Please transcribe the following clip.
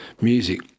music